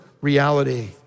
reality